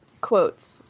Quotes